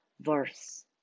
verse